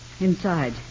Inside